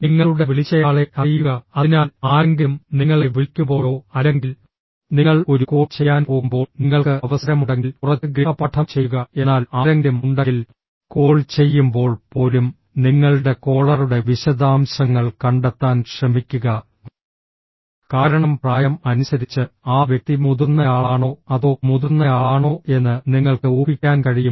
നിങ്ങളുടെ വിളിച്ചയാളെ അറിയുക അതിനാൽ ആരെങ്കിലും നിങ്ങളെ വിളിക്കുമ്പോഴോ അല്ലെങ്കിൽ നിങ്ങൾ ഒരു കോൾ ചെയ്യാൻ പോകുമ്പോൾ നിങ്ങൾക്ക് അവസരമുണ്ടെങ്കിൽ കുറച്ച് ഗൃഹപാഠം ചെയ്യുക എന്നാൽ ആരെങ്കിലും ഉണ്ടെങ്കിൽ കോൾ ചെയ്യുമ്പോൾ പോലും നിങ്ങളുടെ കോളറുടെ വിശദാംശങ്ങൾ കണ്ടെത്താൻ ശ്രമിക്കുക കാരണം പ്രായം അനുസരിച്ച് ആ വ്യക്തി മുതിർന്നയാളാണോ അതോ മുതിർന്നയാളാണോ എന്ന് നിങ്ങൾക്ക് ഊഹിക്കാൻ കഴിയും